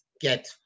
get